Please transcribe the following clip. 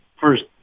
first